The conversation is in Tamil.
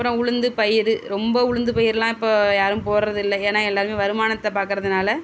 அப்புறம் உளுந்து பயிர் ரொம்ப உளுந்து பயிரெலாம் இப்போது யாரும் போடுவது இல்லை ஏன்னால் எல்லாேருமே வருமானத்தை பார்க்கறதுனால